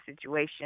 situation